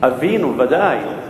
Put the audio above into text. אבינו, בוודאי.